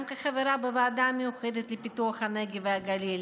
וגם כחברה בוועדה המיוחדת לפיתוח הנגב והגליל,